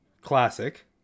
classic